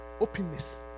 openness